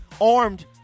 armed